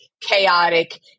chaotic